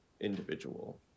individual